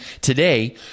today